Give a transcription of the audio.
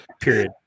Period